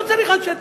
לא צריך אנשי,